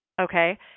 Okay